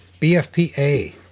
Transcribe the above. BFPA